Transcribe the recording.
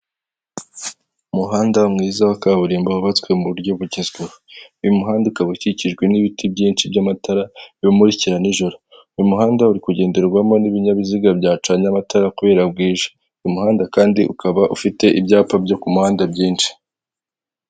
Umuhanda mwiza wa kaburimbo wubatswe mu buryo bugezweho, uyu muhanda ukaba ukikijwe n'ibiti byinshi by'amatara biwumurikira nijoro, uyu muhanda uri kugenderwamo n'ibinyabiziga byacanye amatara kubera bwije, uyu muhanda kandi ukaba ufite ibyapa byo ku muhanda byinshi.